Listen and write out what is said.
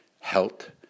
health